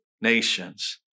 nations